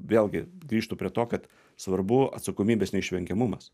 vėlgi grįžtu prie to kad svarbu atsakomybės neišvengiamumas